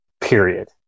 period